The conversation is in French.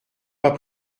pas